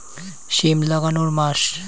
সিম লাগানোর মাস?